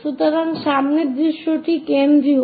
সুতরাং সামনের দৃশ্যটি কেন্দ্রীয়